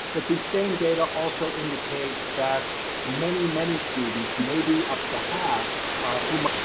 but the same data also indicate that many many students may be up to have